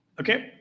Okay